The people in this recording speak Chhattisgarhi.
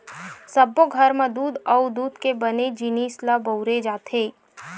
सब्बो घर म दूद अउ दूद के बने जिनिस ल बउरे जाथे